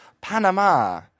Panama